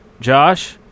Josh